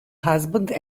husband